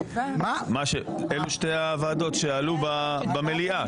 אלו שתי הוועדות שעלו במליאה.